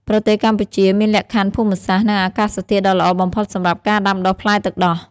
ប្រទេសកម្ពុជាមានលក្ខខណ្ឌភូមិសាស្ត្រ និងអាកាសធាតុដ៏ល្អបំផុតសម្រាប់ការដាំដុះផ្លែទឹកដោះ។